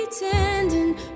pretending